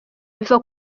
biva